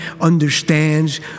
understands